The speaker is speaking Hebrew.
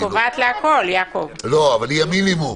היא המינימום.